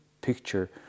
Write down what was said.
picture